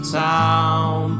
town